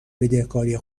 بدهکاری